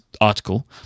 article